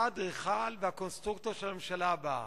אתה האדריכל והקונסטרוקטור של הממשלה הבאה,